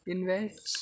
Invest